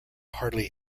hardly